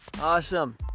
Awesome